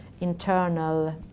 internal